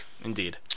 Indeed